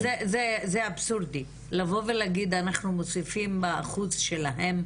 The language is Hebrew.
זה אבסורדי לבוא ולהגיד אנחנו מוסיפים מהאחוז שלהם,